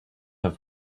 have